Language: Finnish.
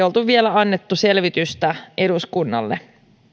oltu vielä annettu selvitystä eduskunnalle